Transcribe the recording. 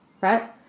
right